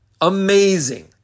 amazing